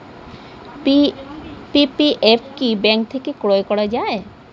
PPF কি bank থেকে ক্রয় করা যায়?